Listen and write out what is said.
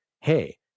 hey